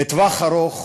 לטווח ארוך,